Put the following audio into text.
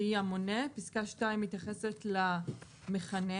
שהיא המונה, פסקה (2) מתייחסת למכנה.